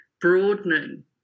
broadening